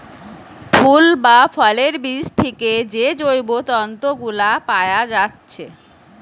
ফুল বা ফলের বীজ থিকে যে জৈব তন্তু গুলা পায়া যাচ্ছে